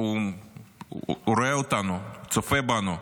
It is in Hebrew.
שהוא ראה אותנו, צופה בנו,